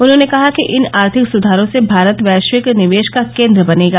उन्होंने कहा कि इन आर्थिक सुधारों से भारत वैश्विक निवेश का केंद्र बनेगा